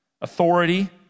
authority